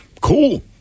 cool